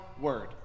word